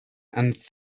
and